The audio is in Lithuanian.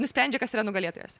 nusprendžia kas yra nugalėtojas